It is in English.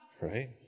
Right